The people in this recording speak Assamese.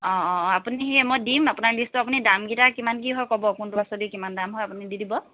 অঁ অঁ অঁ আপুনি মই দিম আপোনাক লিষ্টো আপুনি দাম কেইটা কিমান কি হয় ক'ব কোনটো পাচলিৰ কিমান দাম হয় আপুনি দি দিব